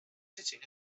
sitting